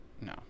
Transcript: no